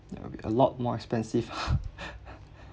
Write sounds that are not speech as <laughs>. that will be a lot more expensive <laughs>